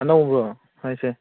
ꯑꯅꯧꯕ꯭ꯔꯣ ꯍꯥꯏꯁꯦ